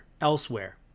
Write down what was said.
elsewhere